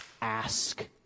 Ask